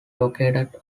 located